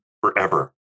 forever